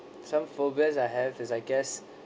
some phobias I have is I guess